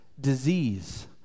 disease